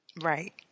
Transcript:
Right